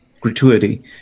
gratuity